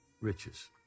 riches